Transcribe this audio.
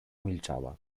milczała